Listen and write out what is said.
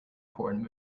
porn